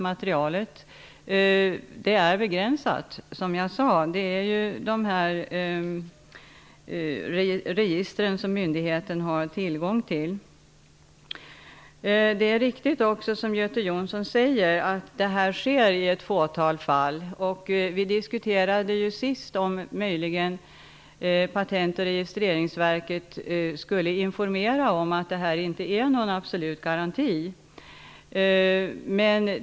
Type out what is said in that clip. Materialet är, som jag sade, begränsat till de register som myndigheten har tillgång till. Det är riktigt, som Göte Jonsson säger, att det handlar om ett fåtal fall. Vi diskuterade senast om Patent och registreringsverket möjligen skulle informera om att det inte är fråga om någon absolut garanti.